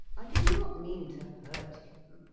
i did not mean to hurt him.